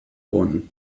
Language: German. bonn